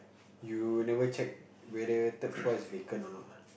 you never check whether third floor is vacant or not ah